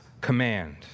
command